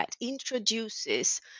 introduces